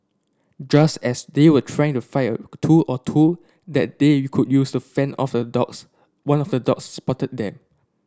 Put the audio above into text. just as they were trying to find a tool or two that they could use to fend off the dogs one of the dogs spotted them